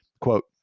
quote